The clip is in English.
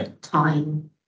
time